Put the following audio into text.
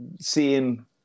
seeing